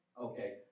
Okay